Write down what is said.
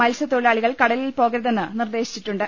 മത്സ്യത്തൊഴിലാളികൾ കടലിൽ പോക രുതെന്ന് നിർദ്ദേശിച്ചിട്ടുണ്ട്